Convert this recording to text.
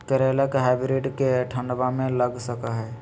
करेला के हाइब्रिड के ठंडवा मे लगा सकय हैय?